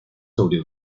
sobre